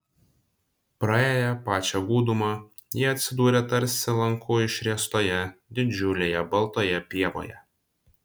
praėję pačią gūdumą jie atsidūrė tarsi lanku išriestoje didžiulėje baltoje pievoje